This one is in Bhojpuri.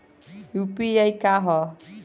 यू.पी.आई का ह?